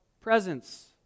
presence